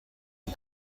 and